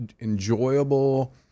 enjoyable